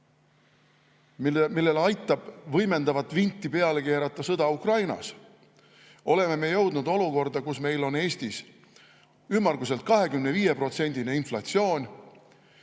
millele aitab võimendavat vinti peale keerata sõda Ukrainas, oleme me jõudnud olukorda, kus meil on Eestis ümmarguselt 25%‑line inflatsioon